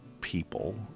people